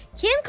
Kim